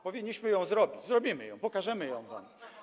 Powinniśmy ją zrobić, zrobimy ją, pokażemy ją wam.